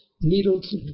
needles